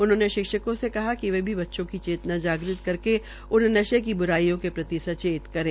उन्होंने शिक्षकों से कहा कि वे भी बच्चों की चेतना जागृत करके उन्हें नशे की ब्राइयों के प्रति सचेत करें